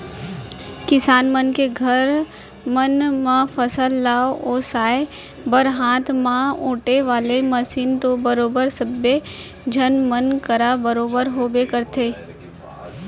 किसान मन के घर मन म फसल ल ओसाय बर हाथ म ओेटे वाले मसीन तो बरोबर सब्बे झन मन करा बरोबर होबे करथे